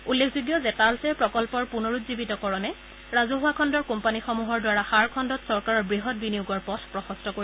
উল্লেখযোগ্য যে তালচেৰ প্ৰকল্পৰ পুনৰুজ্জীৱিতকৰণে ৰাজহুৱা খণ্ডৰ কোম্পানীসমূহৰ দ্বাৰা সাৰ খণ্ডত চৰকাৰৰ বৃহৎ বিনিয়োগৰ পথ প্ৰশস্ত কৰিব